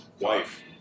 wife